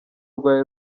rwari